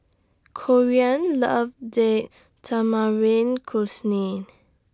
Corean loves Date Tamarind Chutney